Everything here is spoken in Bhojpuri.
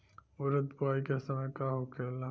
उरद बुआई के समय का होखेला?